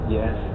yes